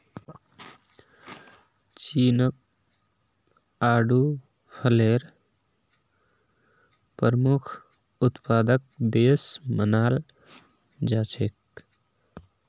चीनक आडू फलेर प्रमुख उत्पादक देश मानाल जा छेक